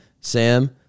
Sam